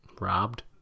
Robbed